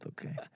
okay